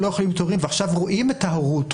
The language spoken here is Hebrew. לא יכולים להיות הורים ועכשיו רואים את ההורות,